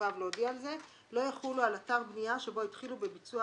לא יחולו על אתר בנייה שבו התחילו בביצוע